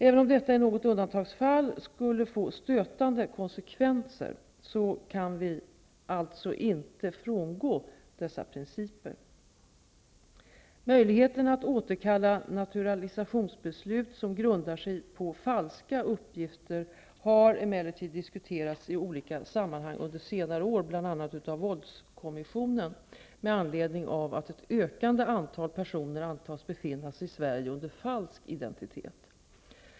Även om detta i något undantagsfall skulle få stötande konsekvenser kan vi alltså inte frångå dessa principer. Möjligheten att återkalla naturalisationsbeslut som grundar sig på falska uppgifter har emellertid diskuterats i olika sammanhang under senare år, bl.a. av våldskommissionen, med anledning av att ett ökande antal personer antas befinna sig i Sverige under falsk identitet.